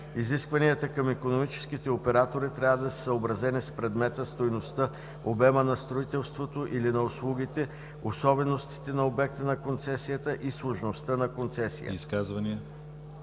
Изискванията към икономическите оператори трябва да са съобразени с предмета, стойността, обема на строителството или на услугите, особеностите на обекта на концесията и сложността на концесията.“